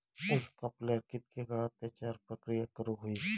ऊस कापल्यार कितके काळात त्याच्यार प्रक्रिया करू होई?